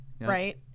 Right